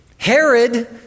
Herod